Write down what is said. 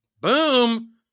Boom